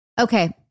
Okay